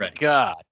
God